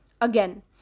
Again